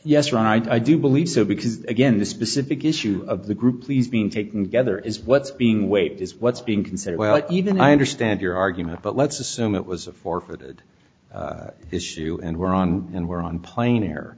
right i do believe so because again the specific issue of the group please being taken together is what's being weight is what's being considered well even i understand your argument but let's assume it was forfeited issue and we're on and we're on plane air